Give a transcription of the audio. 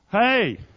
Hey